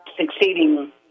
succeeding